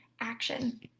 action